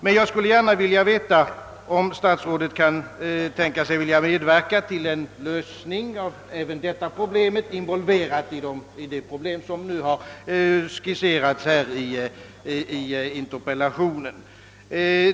Men jag skulle gärna vilja veta om statsrådet Moberg vill medverka till en lösning av även detta problem, involverat i det problem som skisserats i interpellationen.